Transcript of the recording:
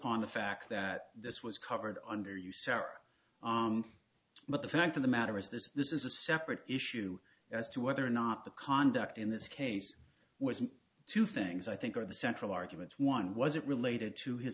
on the fact that this was covered under use are but the fact of the matter is this this is a separate issue as to whether or not the conduct in this case was two things i think are the central arguments one was it related to his